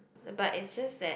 but it's just that